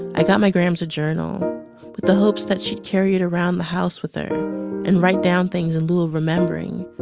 i got my grams a journal with the hopes that she'd carry it around the house with her and write down things in lieu of remembering.